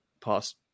past